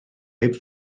heb